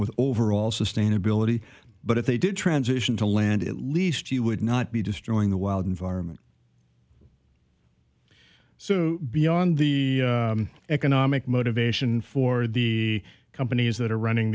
with overall sustainability but if they did transition to land at least you would not be destroying the wild environment so beyond the economic motivation for the companies that are running